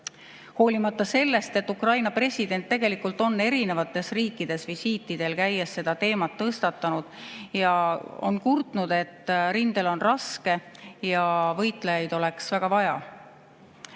hoolimata sellest, et Ukraina president tegelikult on eri riikides visiitidel käies seda teemat tõstatanud ja kurtnud, et rindel on raske ja võitlejaid oleks väga vaja. Kui